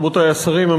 רבותי השרים,